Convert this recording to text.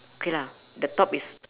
okay lah the top is